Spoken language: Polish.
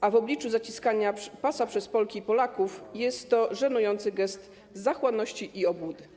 A w obliczu zaciskania pasa przez Polki i Polaków jest to żenujący gest zachłanności i obłudy.